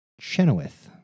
Chenoweth